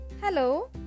Hello